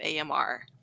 AMR